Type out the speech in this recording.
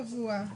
משרד הבריאות,